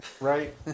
right